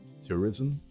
tourism